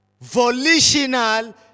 Volitional